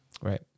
Right